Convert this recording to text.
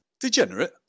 Degenerate